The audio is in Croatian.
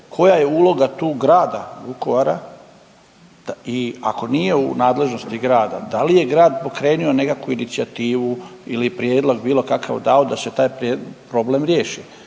koja je uloga tu grada Vukovara i ako nije u nadležnosti grada da li je grad pokrenuo nekakvu inicijativu ili prijedlog bilo kakav dao da se taj problem riješi.